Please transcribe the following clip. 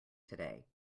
today